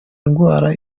ndwara